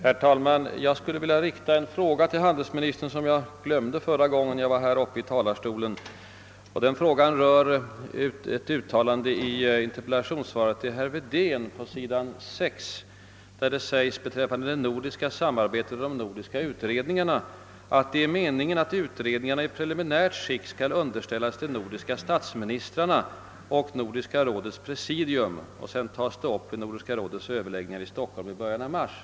Herr talman! Jag skulle vilja ställa en fråga till handelsministern som jag glömde bort förra gången jag var uppe i talarstolen. Den rör ett uttalande i interpellationssvaret till herr Wedén, där det bl.a. sägs beträffande det nordiska samarbetet och de nordiska utredningarna: »Det är meningen att utredningarna i preliminärt skick skall underställas de nordiska statsministrarna och Nordiska rådets presidium» och sedan tas upp »vid Nordiska rådets överläggningar i Stockholm i början av mars».